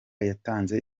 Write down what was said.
yatanze